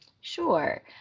Sure